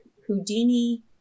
Houdini